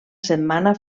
setmana